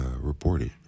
reported